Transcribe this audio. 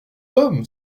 homme